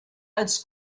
als